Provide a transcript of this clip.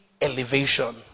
elevation